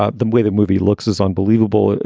ah the way the movie looks is unbelievable.